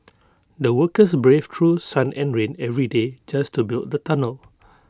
the workers braved through sun and rain every day just to build the tunnel